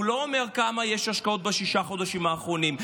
הוא לא אומר כמה השקעות יש בשישה החודשים האחרונים.